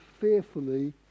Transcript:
fearfully